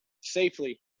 safely